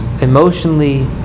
emotionally